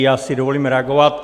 Já si dovolím reagovat.